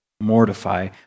mortify